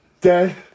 dead